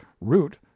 Root